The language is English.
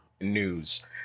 news